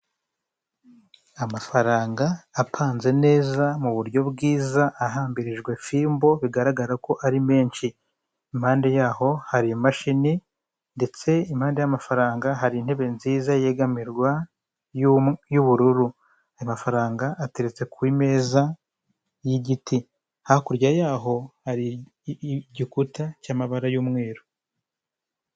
Amafaranga apanze neza mu buryo bwiza, ahambirijwe fimbo bigaragara ko ari menshi. Impande yaho hari imashini ndetse impande y'amafaranga hari intebe nziza yegamirwa y'ubururu. Amafaranga ateretse ku meza y'igiti. Hakurya yaho hari igikuta cy'amabara y'umweru.